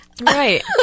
Right